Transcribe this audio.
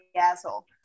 asshole